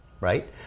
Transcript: right